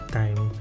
time